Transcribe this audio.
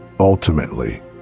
Ultimately